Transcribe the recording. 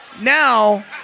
now